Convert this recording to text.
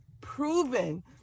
proven